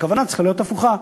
והכוונה צריכה להיות הפוכה.